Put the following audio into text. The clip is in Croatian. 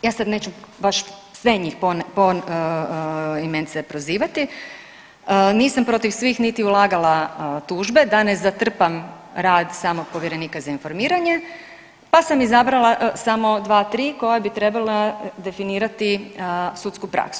Ja sad neću baš sve njih poimence prozivati, nisam protiv svih niti ulagala tužbe da ne zatrpam rad samog povjerenika za informiranje, pa sam izabrala 2-3 koja bi trebala definirati sudsku praksu.